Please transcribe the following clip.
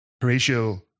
Horatio